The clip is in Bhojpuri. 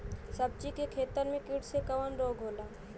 सब्जी के खेतन में कीट से कवन रोग होला?